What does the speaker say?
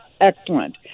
excellent